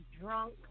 drunk